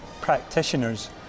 practitioners